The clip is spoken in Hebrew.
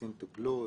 הנושאים טופלו.